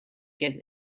get